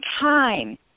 time